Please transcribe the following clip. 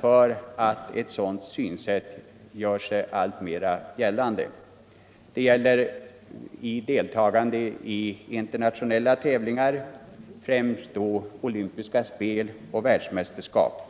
för att ett sådant synsätt alltmer får göra sig gällande. Det rör sig om deltagande i internationella tävlingar, främst då olympiska spel och världsmästerskap.